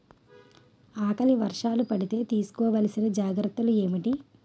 ఆకలి వర్షాలు పడితే తీస్కో వలసిన జాగ్రత్తలు ఏంటి?